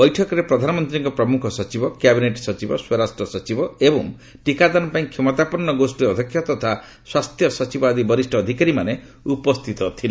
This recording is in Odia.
ବୈଠକରେ ପ୍ରଧାନମନ୍ତ୍ରୀଙ୍କ ପ୍ରମୁଖ ସଚିବ କ୍ୟାବିନେଟ ସଚିବ ସ୍ୱରାଷ୍ଟ୍ର ସଚିବ ଏବଂ ଟିକାଦାନ ପାଇଁ କ୍ଷମତାପନ୍ନ ଗୋଷ୍ଠୀର ଅଧ୍ୟକ୍ଷ ତଥା ସ୍ୱାସ୍ଥ୍ୟସଚିବ ଆଦି ବରିଷ୍ଣ ଅଧିକାରୀମାନେ ଉପସ୍ଥିତ ଥିଲେ